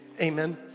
Amen